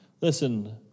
Listen